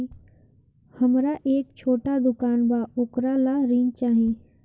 हमरा एक छोटा दुकान बा वोकरा ला ऋण चाही?